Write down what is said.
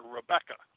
Rebecca